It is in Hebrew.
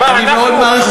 מה שצריך,